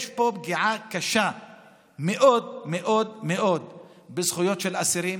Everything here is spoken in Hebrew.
יש פה פגיעה קשה מאוד מאוד מאוד בזכויות של האסירים,